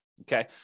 okay